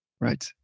Right